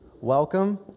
Welcome